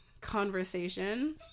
conversation